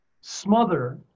smother